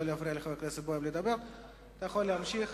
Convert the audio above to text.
יכול להמשיך.